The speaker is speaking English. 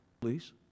please